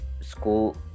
school